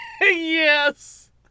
Yes